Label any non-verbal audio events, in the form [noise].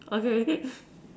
okay okay [noise]